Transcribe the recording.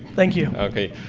thank you. okay.